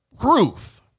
proof